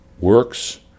works